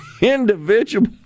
individual